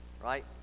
right